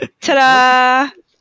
Ta-da